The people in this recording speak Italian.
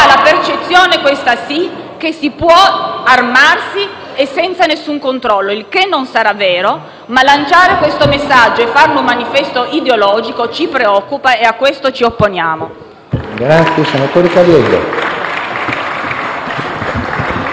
la percezione - questa sì - che ci si può armare e senza alcun controllo. Magari non sarà vero, ma lanciare questo messaggio e farne un manifesto ideologico ci preoccupa e a questo ci opponiamo. *(Applausi dal